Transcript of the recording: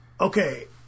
Okay